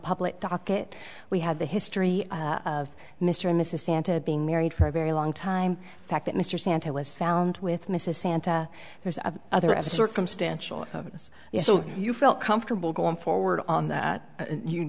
public docket we had the history of mr and mrs santa being married for a very long time the fact that mr stanton was found with mrs santa there's other as circumstantial evidence so you felt comfortable going forward on that you